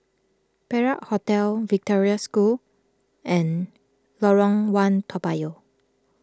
Perak Hotel Victoria School and Lorong one Toa Payoh